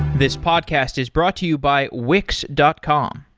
this podcast is brought to you by wix dot com.